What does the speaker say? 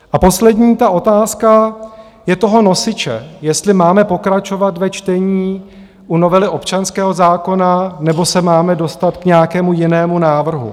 A poslední otázka je toho nosiče: jestli máme pokračovat ve čtení u novely občanského zákoníku, nebo se máme dostat k nějakému jinému návrhu?